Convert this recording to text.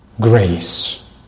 grace